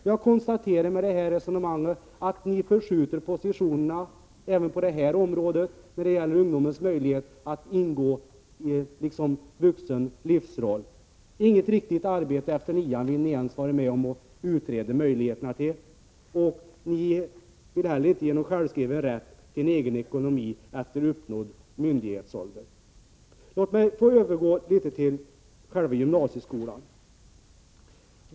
Jag konstaterar att ni förskjuter positionerna även på det här området när det gäller ungdomens möjlighet att ingå i en vuxenlivsroll. Ni villinte ens vara med om att utreda möjligheterna till ett riktigt arbete efter nian. Ni vill inte heller ge någon självskriven rätt till en egen ekonomi efter uppnådd myndighetsålder. Låt mig övergå till själva gymnasieskolan.